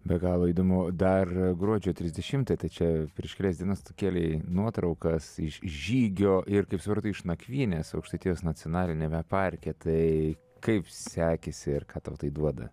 be galo įdomu dar gruodžio trisdešimtą tai čia prieš kelias dienas tu kėlei nuotraukas iš žygio ir kaip supratu iš nakvynės aukštaitijos nacionaliniame parke tai kaip sekėsi ir ką tau tai duoda